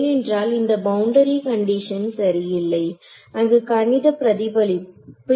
ஏனென்றால் இந்த boundary condition சரியில்லை அங்கு கணித பிரதிபலிப்பு இருக்கும்